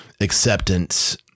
acceptance